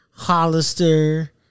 Hollister